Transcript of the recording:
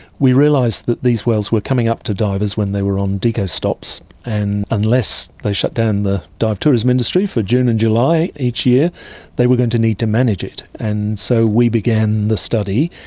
we realised that these whales were coming up to divers when they were on deco stops. and unless they shut down the dive tourism industry for june and july each year they were going to need to manage it, and so we began the study.